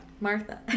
martha